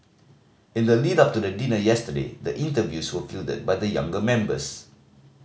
in the lead up to the dinner yesterday the interviews were fielded by the younger members